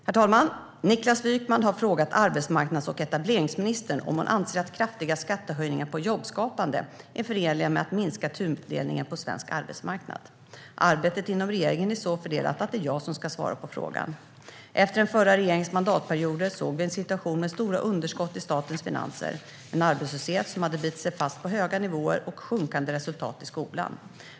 Herr talman! Niklas Wykman har frågat arbetsmarknads och etableringsministern om hon anser att kraftiga skattehöjningar på jobbskapande är förenliga med målet att minska tudelningen på svensk arbetsmarknad. Arbetet inom regeringen är så fördelat att det är jag som ska svara på frågan. Efter den förra regeringens mandatperioder såg vi en situation med stora underskott i statens finanser, en arbetslöshet som hade bitit sig fast på höga nivåer och sjunkande resultat i skolan.